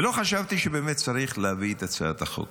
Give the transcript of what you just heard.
ולא חשבתי שבאמת צריך להביא את הצעת החוק.